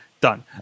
done